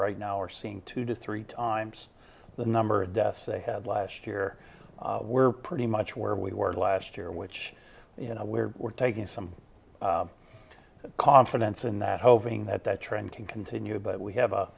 right now are seeing two to three times the number of deaths they had last year were pretty much where we were last year which you know we're we're taking some confidence in that hoping that that trend can continue but we have a